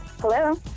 Hello